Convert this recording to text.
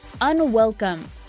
unwelcome